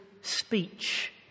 speech